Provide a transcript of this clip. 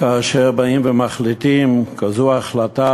כאשר באים ומחליטים החלטה